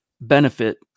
benefit